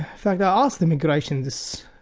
fact i asked immigration this.